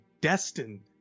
destined